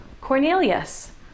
Cornelius